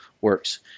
works